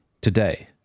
today